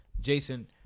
Jason